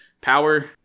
power